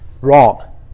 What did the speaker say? wrong